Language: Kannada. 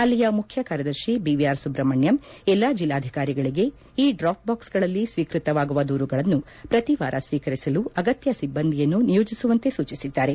ಅಲ್ಲಿಯ ಮುಖ್ಯ ಕಾರ್ಯದರ್ಶಿ ಬಿವಿಆರ್ ಸುಬ್ರಮಣ್ಯಂ ಎಲ್ಲಾ ಜಿಲ್ಲಾಧಿಕಾರಿಗಳಿಗೆ ಈ ದ್ರಾಪ್ಬಾಕ್ಸ್ಗಳಲ್ಲಿ ಸ್ವೀಕೃತವಾಗುವ ದೂರುಗಳನ್ನು ಪ್ರತಿ ವಾರ ಸ್ವೀಕರಿಸಲು ಅಗತ್ಯ ಸಿಬ್ಬಂದಿಯನ್ನು ನಿಯೋಜಿಸುವಂತೆ ಸೂಚಿಸಿದ್ದಾರೆ